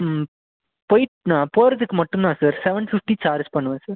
ம் போய்ட்டு நான் போகிறதுக்கு மட்டும் தான் சார் செவன் ஃபிப்டி சார்ஜ் பண்ணுவேன் சார்